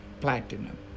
platinum